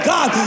God